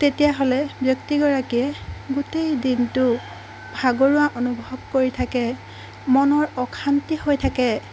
তেতিয়াহ'লে ব্যক্তিগৰাকীয়ে গোটেই দিনটো ভাগৰুৱা অনুভৱ কৰি থাকে মনৰ অশান্তি হৈ থাকে